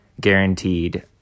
guaranteed